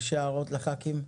יש הערות לחברי הכנסת?